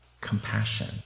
Compassion